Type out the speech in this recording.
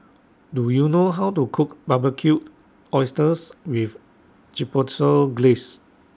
Do YOU know How to Cook Barbecued Oysters with Chipotle Glaze